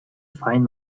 find